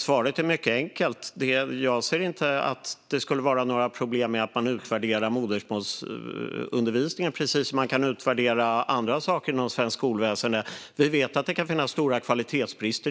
Svaret är mycket enkelt. Jag ser inte att det skulle vara några problem med att man utvärderar modersmålsundervisningen precis som man kan utvärdera andra saker inom det svenska skolväsendet. Vi vet till exempel att det kan finnas stora kvalitetsbrister.